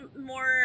more